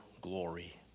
glory